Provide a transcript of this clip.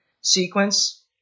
sequence